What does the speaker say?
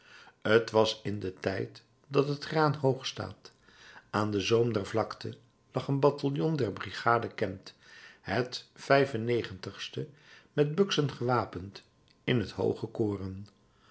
t was in den tijd dat het graan hoog staat aan den zoom der vlakte lag een bataljon der brigade kempt het e met buksen gewapend in het hooge koren